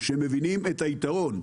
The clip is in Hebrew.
שמבינים את היתרון.